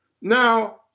Now